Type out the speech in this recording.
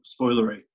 spoilery